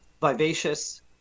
vivacious